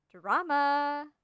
Drama